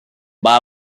buy